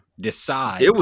decide